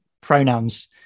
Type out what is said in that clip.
pronouns